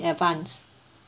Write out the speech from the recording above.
advanced